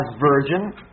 virgin